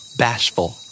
bashful